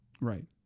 right